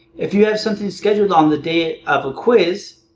if you have something scheduled um the day of a quiz,